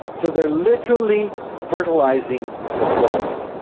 so they are literally fertilising the forest.